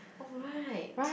alright